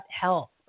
health